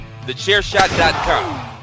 TheChairShot.com